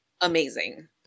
amazing